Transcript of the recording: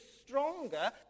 stronger